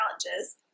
challenges